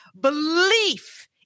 belief